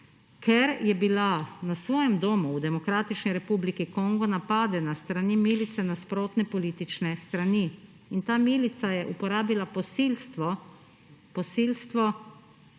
ker je bila na svojem domu v Demokratični republiki Kongo napadena s strani milice nasprotne politične strani. Ta milica je uporabila posilstvo kot